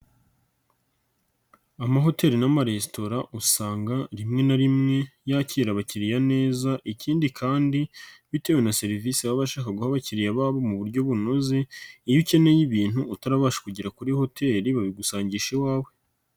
Amahoteli n'amaresitora usanga rimwe na rimwe yakira abakiriya neza ikindi kandi bitewe na serivisi baba bashaka guha abakiriya babo mu buryo bunoze iyo ukeneye ibintu utarabasha kugera kuri hoteli babigusangisha iwawe.